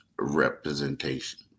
representation